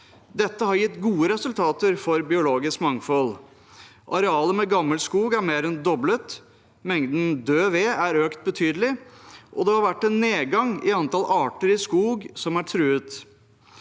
Dette har gitt gode resultater for biologisk mangfold. Arealet med gammel skog er mer enn doblet, mengden død ved er økt betydelig, og det har vært en nedgang i antall arter som er truet